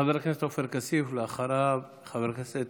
חבר הכנסת עופר כסיף, ואחריו, חבר הכנסת